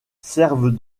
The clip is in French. servent